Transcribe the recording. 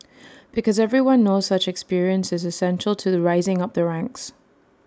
because everyone knows such experience is essential to rising up the ranks